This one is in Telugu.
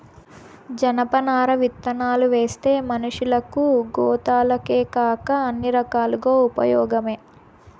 జనపనార విత్తనాలువేస్తే మనషులకు, గోతాలకేకాక అన్ని రకాలుగా ఉపయోగమే